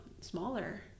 smaller